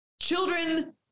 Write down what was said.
Children